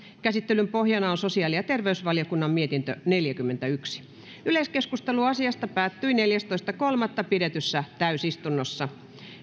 käsittelyn pohjana on sosiaali ja terveysvaliokunnan mietintö neljäkymmentäyksi yleiskeskustelu asiasta päättyi neljästoista kolmatta kaksituhattayhdeksäntoista pidetyssä täysistunnossa